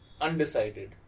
Undecided